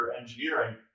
engineering